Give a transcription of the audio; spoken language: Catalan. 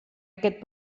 aquest